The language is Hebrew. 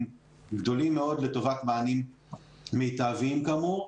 גדולים מאוד לטובת מענים מיטביים כאמור.